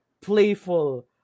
playful